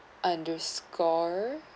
underscore